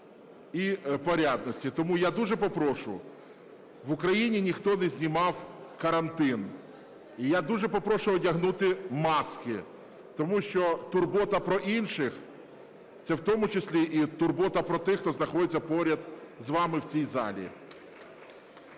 і порядності. Тому я дуже попрошу, в Україні ніхто не знімав карантин. І я дуже попрошу одягнути маски. Тому що турбота про інших – це в тому числі і турбота про тих, хто знаходиться поряд з вами в цій залі.